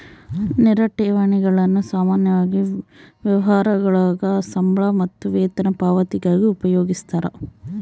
ನೇರ ಠೇವಣಿಗಳನ್ನು ಸಾಮಾನ್ಯವಾಗಿ ವ್ಯವಹಾರಗುಳಾಗ ಸಂಬಳ ಮತ್ತು ವೇತನ ಪಾವತಿಗಾಗಿ ಉಪಯೋಗಿಸ್ತರ